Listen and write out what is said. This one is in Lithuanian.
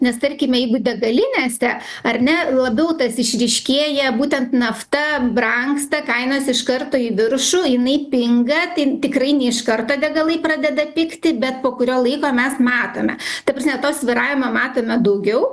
nes tarkime jeigu degalinėse ar ne labiau tas išryškėja būtent nafta brangsta kainos iš karto į viršų jinai pinga tai tikrai ne iš karto degalai pradeda pigti bet po kurio laiko mes matome ta prasme to svyravimo matome daugiau